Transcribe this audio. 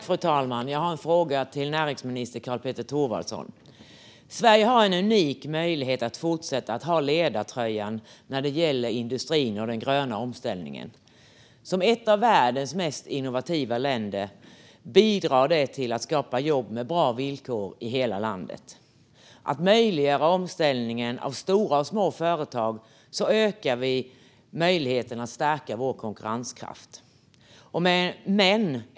Fru talman! Jag har en fråga till näringsminister Karl-Petter Thorwaldsson. Sverige har en unik möjlighet att fortsätta att ha ledartröjan när det gäller industrin och den gröna omställningen. Som ett av världens mest innovativa länder bidrar det till att skapa jobb med bra villkor i hela landet. Genom att möjliggöra omställningen av stora och små företag ökar vi möjligheten att stärka vår konkurrenskraft.